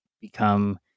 become